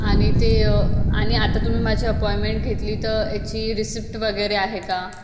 आणि ते आणि आता तुम्ही माझी अपॉइंमेंट घेतली तर याची रिसिप्ट वगैरे आहे का